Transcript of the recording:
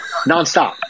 nonstop